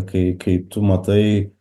kai kai tu matai